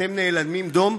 אתם נאלמים דום?